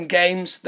games